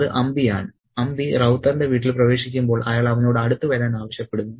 അത് അംബിയാണ് അമ്പി റൌത്തറിന്റെ വീട്ടിൽ പ്രവേശിക്കുമ്പോൾ അയാൾ അവനോട് അടുത്ത് വരാൻ ആവശ്യപ്പെടുന്നു